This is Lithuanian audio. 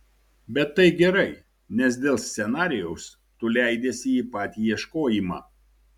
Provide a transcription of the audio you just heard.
bet tai gerai nes dėl scenarijaus tu leidiesi į patį ieškojimą